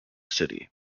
city